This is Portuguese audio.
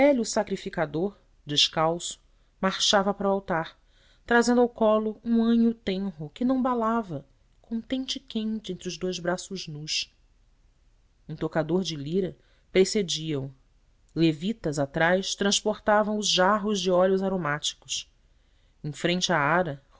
sacrificador descalço marchava para o altar trazendo ao colo um anho tenro que não balava contente e quente entre os dous braços nus um tocador de lira precedia o levitas atrás transportavam os jarros de óleos aromáticos em frente à ara